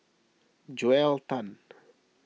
Joel Tan